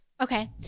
Okay